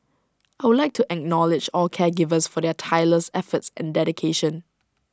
I would like to acknowledge all caregivers for their tireless efforts and dedication